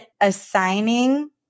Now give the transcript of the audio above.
assigning